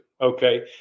Okay